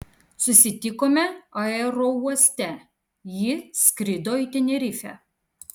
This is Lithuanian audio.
susitikome aerouoste ji skrido į tenerifę